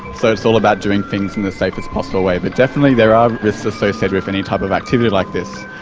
so it's all about doing things in the safest possible way. but definitely there are risks associated with any type of activity like this.